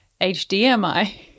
HDMI